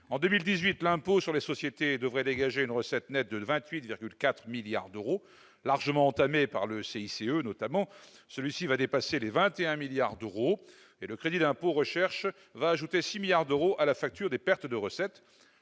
En 2018, l'impôt sur les sociétés devrait dégager une recette nette de 28,4 milliards d'euros, largement entamée par le CICE notamment. Celui-ci va dépasser les 21 milliards d'euros et le crédit d'impôt recherche va ajouter 6 milliards d'euros à la facture des pertes de recettes.